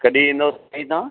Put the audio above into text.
कॾहिं ईंदव साईं तव्हां